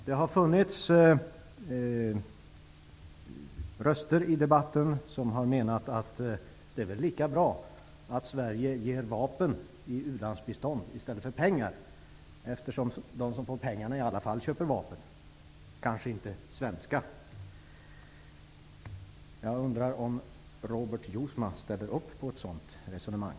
Några röster i debatten har uttryckt att det vore lika bra att Sverige gav vapen som u-landsbistånd, eftersom de som får pengarna i alla fall köper vapen, som kanske inte är svenska. Jag undrar om Robert Jousma ställer upp på ett sådant resonemang.